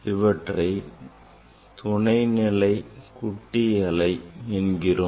இவற்றை துணை நிலை குட்டி அலை என்போம்